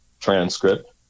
transcript